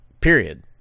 period